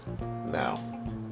Now